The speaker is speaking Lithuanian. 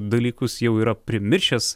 dalykus jau yra primiršęs